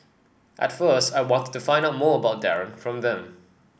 at first I wanted to find out more about Darren from them